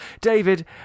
David